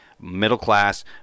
middle-class